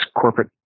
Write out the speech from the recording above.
corporate